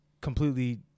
completely